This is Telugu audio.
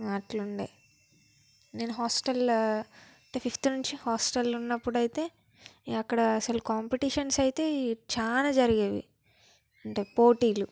అట్లుండే నేను హాస్టల్లో అంటే ఫిఫ్త్ నుంచి హాస్టల్లో ఉన్నప్పుడైతే ఏ అక్కడ అసలు కాంపిటేషన్స్ అయితే చాలా జరిగేవి అంటే పోటీలు